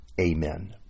amen